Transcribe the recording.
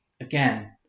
Again